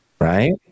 Right